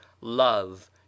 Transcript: love